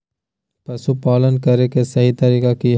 पशुपालन करें के सही तरीका की हय?